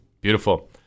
Beautiful